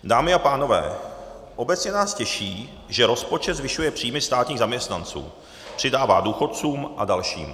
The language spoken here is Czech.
Dámy a pánové, obecně nás těší, že rozpočet zvyšuje příjmy státních zaměstnanců, přidává důchodcům a dalším.